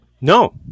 No